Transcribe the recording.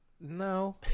no